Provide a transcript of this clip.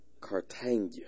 Cartagena